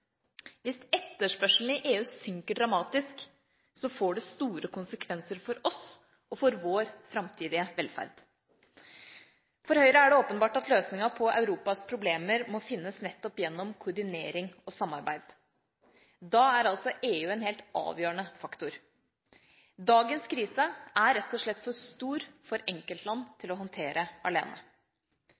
Hvis etterspørselen i EU synker dramatisk, får det store konsekvenser for oss og for vår framtidige velferd. For Høyre er det åpenbart at løsninga på Europas problemer må finnes nettopp gjennom koordinering og samarbeid. Da er EU en helt avgjørende faktor. Dagens krise er rett og slett for stor for enkeltland til å håndtere alene.